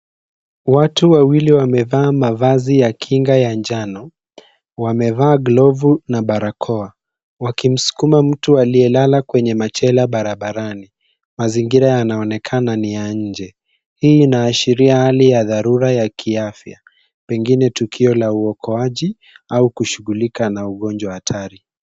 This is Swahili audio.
Watu wawili wamevaa mavazi ya kinga ya njano, wamevaa glovu na barakoa wakimsukuma mtu aliye lala kwenye machela barabarani. Mazingira yanaonekana ni ya nje. Hii inaashiria hali ya dharura ya kiafya. Pengine tukio la uokoaji au kushughulika na ugonjwa hatari.